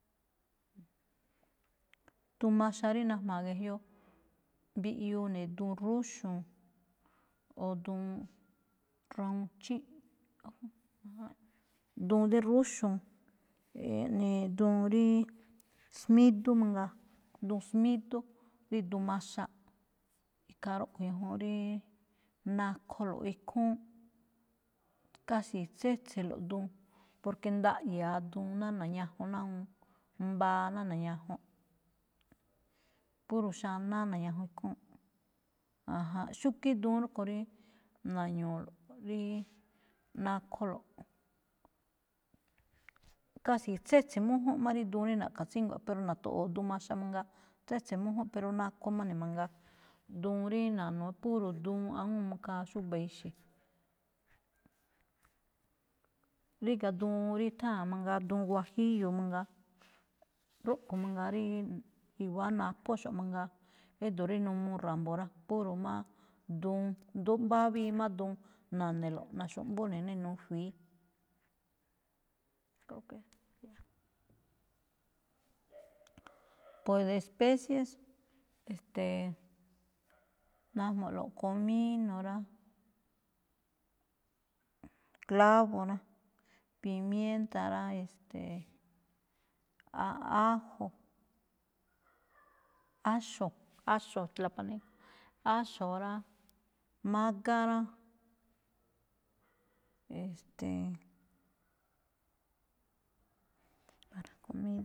Duun maxa rí najma̱a̱ ge̱jyo mbiꞌyuu ne̱ duun rúxo̱, o duun rawuun chíꞌ. Duun dí rúxo̱, e̱e̱ jnii, duun ríí smídú mangaa, duun smídú, rí duun maxaꞌ, ikhaa rúꞌkho̱ ñajuun ríí nakholo̱ꞌ ikhúún. Casi tsétse̱lo̱ꞌ duun, porque ndaꞌya̱a duun ná na̱ñajun náa awúun mbaa ná na̱ñajunꞌ. Puro xanáá na̱ñajun ikhúúnꞌ, ajánꞌ. Xúgíí duun rúꞌkho̱ ríí na̱ñu̱u̱lo̱ꞌ ríí nakholo̱ꞌ. Casi tsétse̱ mújúnꞌ má rí duun rí na̱ꞌkha tsíngua̱ꞌ, pero na̱to̱ꞌo̱o̱ duun maxa mangaa, tsétse̱ mújún, pero nakho má ne̱ mangaa. Duun rí na̱no̱, puro duun awúun khaa xúba̱ exe̱. Ríga̱ duun rí tháa̱n mangaa, duun huajillo mangaa, róꞌkho̱ mangaa ríí i̱wa̱á naphóxo̱ꞌ mangaa. Édo̱ rí n uu ra̱mbo̱ rá, puro má duun, ndú mbávíi má duun na̱ne̱lo̱ꞌ, na̱xu̱jmbú ne̱ ná inuu fi̱í. de especies, e̱ste̱e̱, najmuꞌlo̱ꞌ comino rá, clavo rá, pimienta rá, e̱ste̱e̱, ajo, áxo̱-tlapaneco, áxo̱ rá, mágá rá, e̱ste̱e̱.